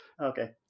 Okay